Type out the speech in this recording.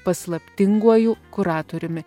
paslaptinguoju kuratoriumi